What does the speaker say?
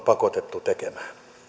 pakotettu tekemään